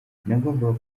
nagombaga